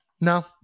no